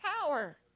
power